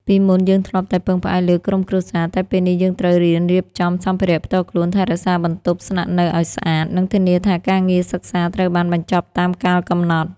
ពីមុនយើងធ្លាប់តែពឹងផ្អែកលើក្រុមគ្រួសារ តែពេលនេះយើងត្រូវរៀនរៀបចំសម្ភារៈផ្ទាល់ខ្លួន ថែរក្សាបន្ទប់ស្នាក់នៅឲ្យស្អាត និងធានាថាការងារសិក្សាត្រូវបានបញ្ចប់តាមកាលកំណត់។